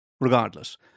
Regardless